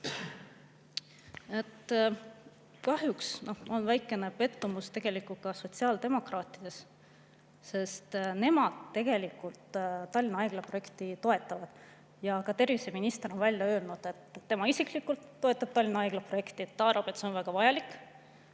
Kahjuks olen ma väheke pettunud ka sotsiaaldemokraatides. Nemad tegelikult Tallinna Haigla projekti toetavad ja ka terviseminister on välja öelnud, et tema isiklikult toetab Tallinna Haigla projekti, ta arvab, et see on väga vajalik.